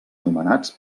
nomenats